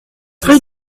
rue